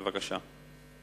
בבקשה.